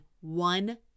one